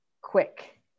quick